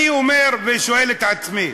אני אומר, ושואל את עצמי: